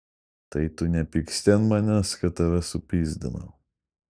tai tu nepyksti ant manęs kad tave supyzdinau